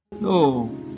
No